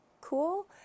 cool